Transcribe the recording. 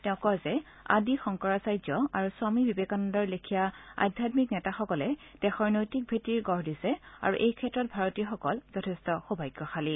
তেওঁ কয় যে আদি শংকৰাচাৰ্য আৰু স্বমী বিবেকানন্দৰ লেখীয়া আধ্যাম্মিক নেতাসকলে দেশৰ নৈতিক ভেটিৰ গঢ় দিছে আৰু এইক্ষেত্ৰত ভাৰতীয়সকল যথেষ্ট সৌভাগ্যশালী